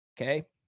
Okay